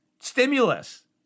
stimulus